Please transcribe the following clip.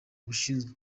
abashinzwe